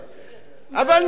למה?